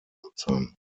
nutzern